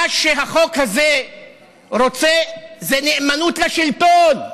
מה שהחוק הזה רוצה זה נאמנות לשלטון.